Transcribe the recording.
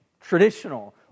traditional